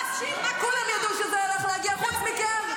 כולם ידעו שזה הולך להגיע, חוץ מכם.